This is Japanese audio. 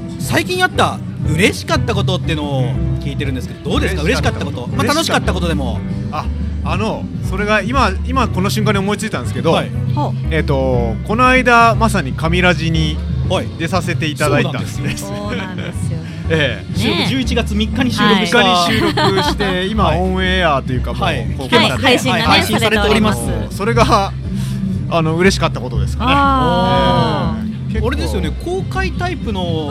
最近あった嬉しかったことっていうのを聞いてるんですけど、どうですか？嬉しかったこと。嬉しかったこと。まあ、楽しかったことでも。あ、あの、それが今- 今この瞬間に思いついたんですけど、 はい。 ほう。えっと、この間、まさに神ラジに出させていただいたんです。はい。 そうなんですよ。 そうなんですよ。ええ。ね。十一月三日に収録した。はい。三日に収録して、今 はい。オンエアというかもう、はい。公開、聞けますね。はい。配信がね、はい。配信されております。されております。あの、 それが、あの、嬉しかったことですかね。 あー。ええ。結構、あれですよね。公開タイプの